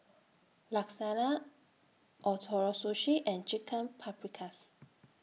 Lasagne Ootoro Sushi and Chicken Paprikas